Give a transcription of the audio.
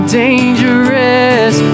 dangerous